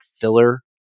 filler